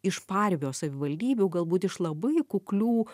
iš paribio savivaldybių galbūt iš labai kuklių